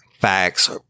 facts